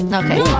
okay